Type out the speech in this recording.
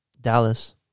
Dallas